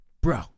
bro